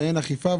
ואין איפה,